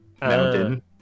mountain